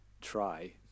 try